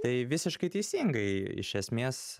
tai visiškai teisingai iš esmės